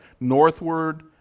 northward